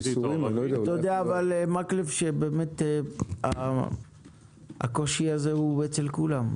אתה יודע, מקלב, הקושי הזה הוא אצל כולם.